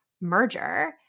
merger